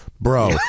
Bro